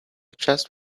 just